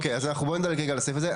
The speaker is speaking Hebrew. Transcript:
אוקיי, אז בואו נדלג על הסעיף הזה.